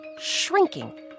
shrinking